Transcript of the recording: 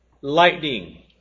Lightning